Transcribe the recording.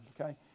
okay